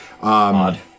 Odd